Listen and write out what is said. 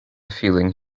feeling